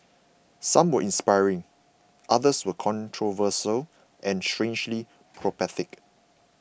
some were inspiring others were controversial and strangely prophetic